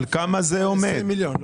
כ-20 מיליון.